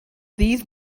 ddydd